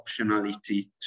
optionality